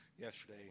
yesterday